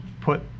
put